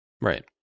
right